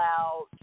out